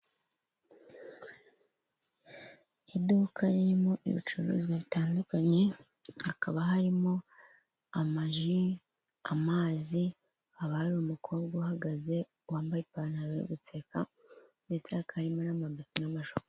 Iduka ririmo ibicuruzwa bitandukanye hakaba harimo amaji, amazi, haba hari umukobwa uhagaze wambaye ipantaro uri guseka ndetse hakaba harimo n'amabiswi n'amashokora.